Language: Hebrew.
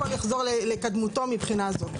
הכל יחזור לקדמותו מבחינה זו.